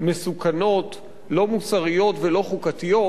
מסוכנות, לא מוסריות ולא חוקתיות,